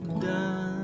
done